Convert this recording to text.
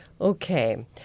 Okay